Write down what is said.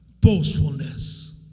boastfulness